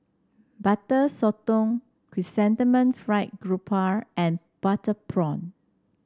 Butter Sotong Chrysanthemum Fried Garoupa and Butter Prawn